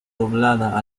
doblada